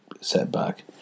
setback